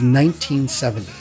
1970